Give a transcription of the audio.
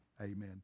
Amen